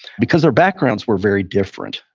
because their backgrounds were very different.